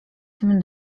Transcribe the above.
tym